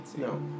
No